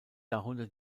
darunter